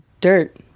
dirt